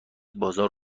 بازار